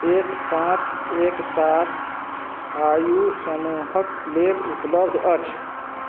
एक पाँच एक सात आयु समूहके लेल उपलब्ध अछि